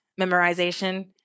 memorization